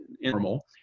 normal